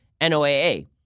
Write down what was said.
NOAA